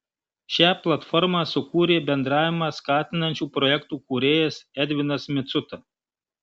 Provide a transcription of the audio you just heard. šią platformą sukūrė bendravimą skatinančių projektų kūrėjas edvinas micuta